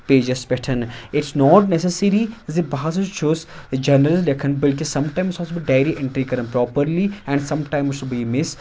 پیجَس پٮ۪ٹھ it's not necessary زِ بہٕ ہَسا چھُس جنٛرٕل لٮ۪کھان بٔلکہِ سمٹایمٕز ہَسا چھُس بہٕ ڈایری اَنٹرٛی کَران پرٛاپَرلی اینڈ سمٹایمٕز چھُس بہٕ یہِ مِس